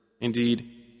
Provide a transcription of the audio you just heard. Indeed